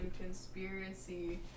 Conspiracy